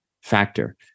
factor